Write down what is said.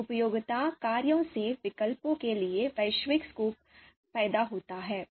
इन उपयोगिता कार्यों से विकल्पों के लिए वैश्विक स्कोर पैदा होता है